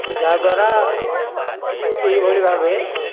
ଯାହା ଦ୍ୱାରା ଏହି ଭଳି ଭାବେ